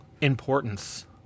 importance